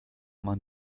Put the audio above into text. man